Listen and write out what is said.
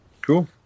Cool